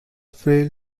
frail